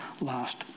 last